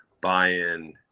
buy-in